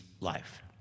life